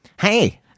Hey